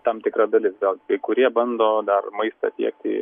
tam tikra dalis gal kai kurie bando dar maistą tiekti